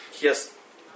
Yes